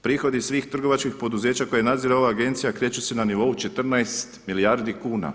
Prihodi svih trgovačkih poduzeća koje nadzire ova agencija kreću se na nivou 14 milijardi kuna.